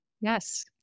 Yes